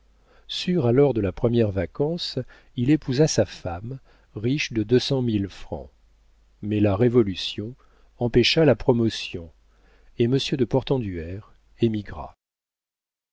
sûr alors de la première vacance il épousa sa femme riche de deux cent mille francs mais la révolution empêcha la promotion et monsieur de portenduère